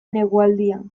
negualdian